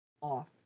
off